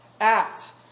Act